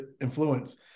influence